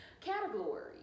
category